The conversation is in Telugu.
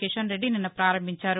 కిషన్రెడ్డి నిన్న పారంభించారు